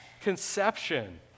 conception